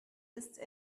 ist